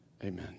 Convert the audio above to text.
Amen